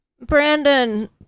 brandon